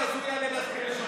כי אז הוא יעלה ויזכיר את שמך.